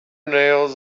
nails